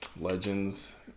Legends